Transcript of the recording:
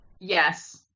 Yes